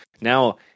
Now